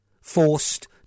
forced